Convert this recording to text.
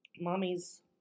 mommy's